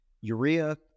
Urea